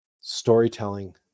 storytelling